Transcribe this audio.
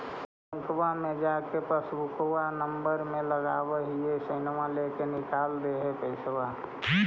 बैंकवा मे जा के पासबुकवा नम्बर मे लगवहिऐ सैनवा लेके निकाल दे है पैसवा?